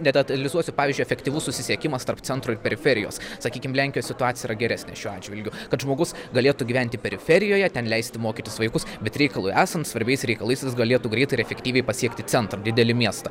nedetalizuosiu pavyzdžiui efektyvus susisiekimas tarp centro ir periferijos sakykim lenkijos situacija yra geresnė šiuo atžvilgiu kad žmogus galėtų gyventi periferijoje ten leisti mokytis vaikus bet reikalui esant svarbiais reikalais jis galėtų greitai ir efektyviai pasiekti centrą didelį miestą